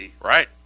Right